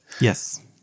Yes